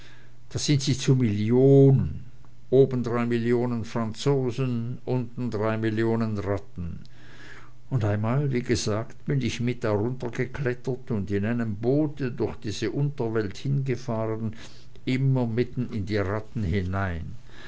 da sind sie zu millionen oben drei millionen franzosen unten drei millionen ratten und einmal wie gesagt bin ich da mit runtergeklettert und in einem boote durch diese unterwelt hingefahren immer mitten in die ratten hinein